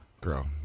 girl